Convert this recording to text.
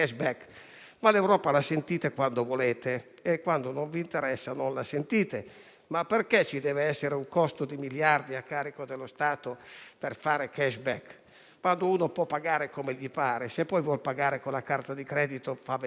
ma l'Europa la ascoltate quando volete, e quando non vi interessa, non la sentite. Perché ci deve essere un costo di miliardi a carico dello Stato per fare *cashback* quando uno può pagare come gli pare? Se poi vuol pagare con la carta di credito fa benissimo.